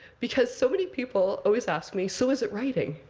because so many people always ask me, so is it writing.